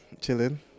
chilling